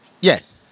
yes